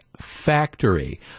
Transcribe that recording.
factory